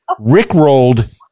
rickrolled